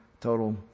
total